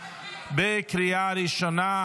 בקריאה הראשונה.